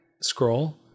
scroll